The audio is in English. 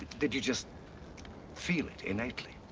did you just feel it innately?